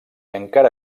encara